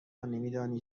نمیدانی